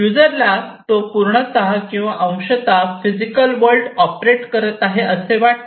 युजरला तो पूर्णतः किंवा अंशतः फिजिकल वर्ल्ड ऑपरेट करत आहे असे वाटते